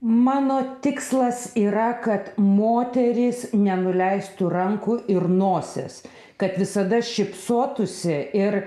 mano tikslas yra kad moterys nenuleistų rankų ir nosies kad visada šypsotųsi ir